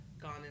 gone